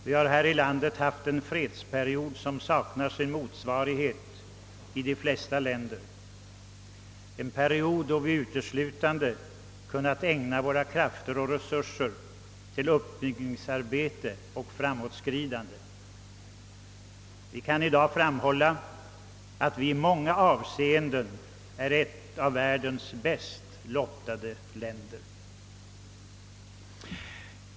Vi har haft en fredsperiod som saknar sin motsvarighet i de flesta länder, en period då vi uteslutande kunnat ägna våra krafter och resurser åt uppbyggnadsarbete och framåtskridande. Vi kan i dag framhålla att Sverige i många avseenden är ett av världens bäst lottade länder.